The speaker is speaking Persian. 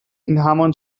همان